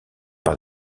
par